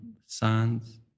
sons